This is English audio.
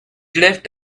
left